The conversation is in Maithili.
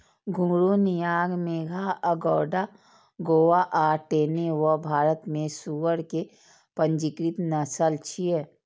घूंघरू, नियांग मेघा, अगोंडा गोवा आ टेनी वो भारत मे सुअर के पंजीकृत नस्ल छियै